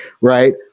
Right